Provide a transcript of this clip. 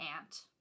ant